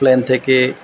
plane থেকে